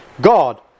God